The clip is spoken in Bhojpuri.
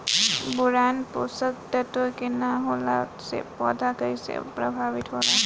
बोरान पोषक तत्व के न होला से पौधा कईसे प्रभावित होला?